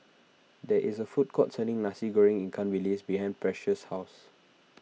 there is a food court selling Nasi Goreng Ikan Bilis behind Precious' house